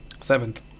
Seventh